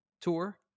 tour